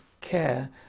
care